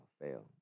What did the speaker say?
fail